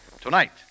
tonight